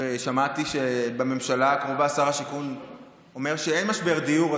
ושמעתי שבממשלה הקרובה שר השיכון אומר שאין משבר דיור,